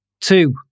Two